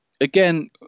again